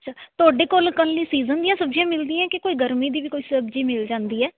ਅੱਛਾ ਤੁਹਾਡੇ ਕੋਲ ਇਕੱਲੀ ਸੀਜ਼ਨ ਦੀਆਂ ਸਬਜ਼ੀਆਂ ਮਿਲਦੀਆਂ ਹੈ ਕਿ ਕੋਈ ਗਰਮੀ ਦੀ ਵੀ ਕੋਈ ਸਬਜ਼ੀ ਮਿਲ ਜਾਂਦੀ ਹੈ